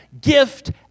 gift